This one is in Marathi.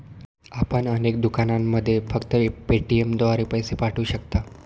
आपण अनेक दुकानांमध्ये फक्त पेटीएमद्वारे पैसे पाठवू शकता